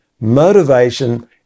motivation